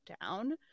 down